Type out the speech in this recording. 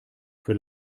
für